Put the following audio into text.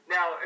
Now